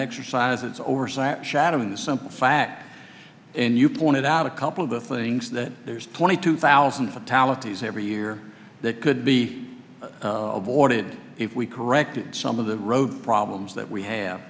exercise its oversight shattering the simple fact and you pointed out a couple of the things that there's twenty two thousand fatalities every year that could be avoided if we correct some of the road problems that we have